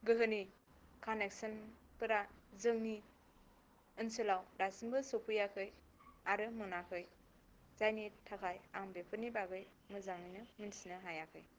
गोहोनि कानेकशनफोरा जोंनि ओनसोलाव दासिमबो सफैयाखै आरो मोनाखै जायनि थाखाय आं बेफोरनि बागै मोजाङैनो मिनथिनो हायाखै